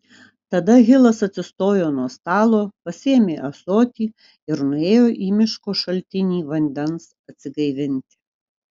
tada hilas atsistojo nuo stalo pasiėmė ąsotį ir nuėjo į miško šaltinį vandens atsigaivinti